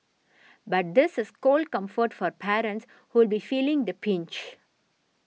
but this is cold comfort for parents who'll be feeling the pinch